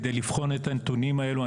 כדי לבחון את הנתונים האלו,